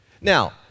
Now